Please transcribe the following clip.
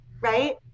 right